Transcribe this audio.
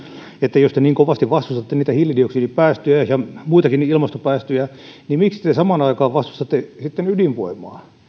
että jos te niin kovasti vastustatte niitä hiilidioksidipäästöjä ja muitakin ilmastopäästöjä niin miksi te samaan aikaan vastustatte ydinvoimaa